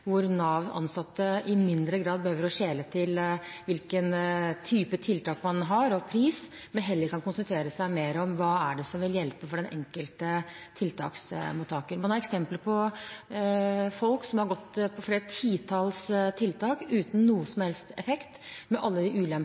hvor Nav-ansatte i mindre grad behøver å skjele til hvilke type tiltak man har, og til pris, men kan heller konsentrere seg mer om hva som vil hjelpe for den enkelte tiltaksmottaker. Man har eksempler på at folk har gått på flere titalls tiltak uten noen som helst effekt, med alle